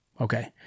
Okay